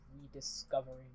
rediscovering